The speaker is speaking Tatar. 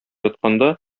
ятканда